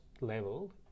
level